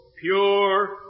pure